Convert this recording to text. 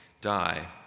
die